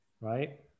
right